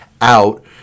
out